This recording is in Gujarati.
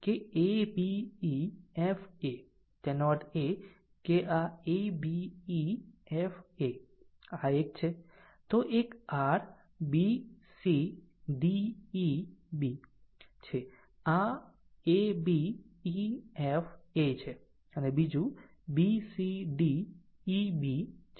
તો એક r b c d e b છે આ a b e f a બીજો b c d e b છે